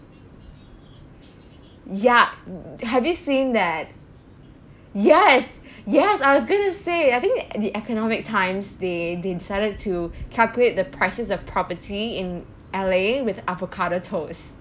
yup have you seen that yes yes I was going to say I think the economic times they they decided to calculate the prices of property in L_A with avocado toast